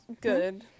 good